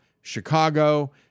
Chicago